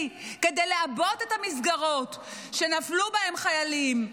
כזה לעבות את המסגרות שנפלו בהן חיילים,